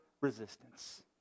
resistance